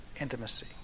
intimacy